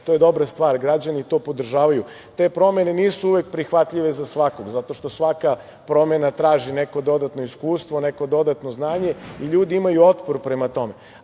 To je dobra stvar, građani to podržavaju. Te promene nisu uvek prihvatljive za svakog, zato što svaka promena traži neko dodatno iskustvo, neko dodatno znanje i ljudi imaju otpor prema tome.